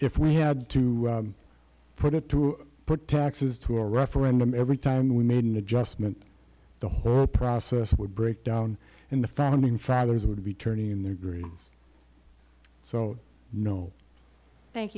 if we had to put it to put taxes to a referendum every time we made an adjustment the whole process would break down in the founding fathers would be turning in their dreams so no thank